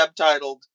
subtitled